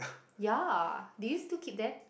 yeah do you still keep that